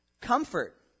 Comfort